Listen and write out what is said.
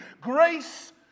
Grace